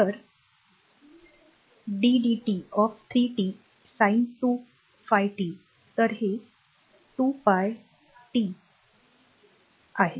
तर ddt of 3 t sin 2ϕt तर हे 2πt आहे